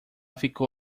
ficou